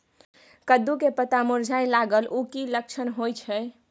कद्दू के पत्ता मुरझाय लागल उ कि लक्षण होय छै?